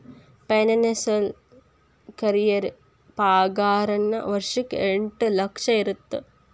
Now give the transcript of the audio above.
financial career ಪಾಗಾರನ ವರ್ಷಕ್ಕ ಎಂಟ್ ಲಕ್ಷ ಇರತ್ತ